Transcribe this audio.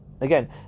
Again